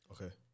Okay